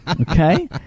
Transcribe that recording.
okay